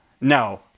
no